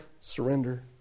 surrender